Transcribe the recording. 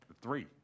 Three